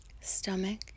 stomach